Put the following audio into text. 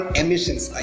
emissions